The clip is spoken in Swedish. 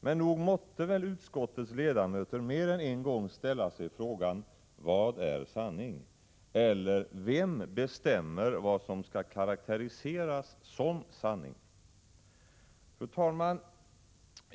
Men nog måtte utskottets ledamöter mer än en gång ställa sig frågan: Vad är sanning? Eller: Vem bestämmer vad som skall karakteriseras som sanning? Fru talman!